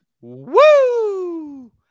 Woo